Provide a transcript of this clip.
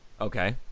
Okay